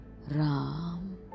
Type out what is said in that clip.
Ram